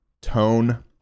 tone